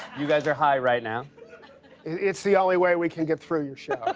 you guys are high right now? it it's the only way we can get through your show.